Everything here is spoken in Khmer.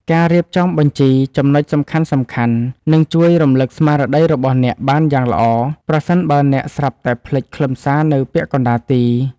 ការរៀបចំបញ្ជីចំណុចសំខាន់ៗ នឹងជួយរំលឹកស្មារតីរបស់អ្នកបានយ៉ាងល្អ ប្រសិនបើអ្នកស្រាប់តែភ្លេចខ្លឹមសារនៅពាក់កណ្ដាលទី។